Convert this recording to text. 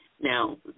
Now